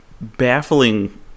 baffling